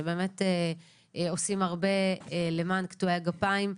שבאמת עושים הרבה למען קטועי הגפיים,